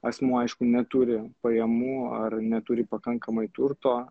asmuo aišku neturi pajamų ar neturi pakankamai turto